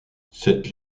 cette